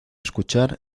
escuchar